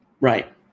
right